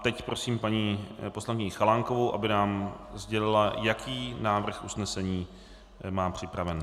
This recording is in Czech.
Teď prosím paní poslankyni Chalánkovou, aby nám sdělila, jaký návrh usnesení má připravený.